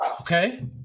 Okay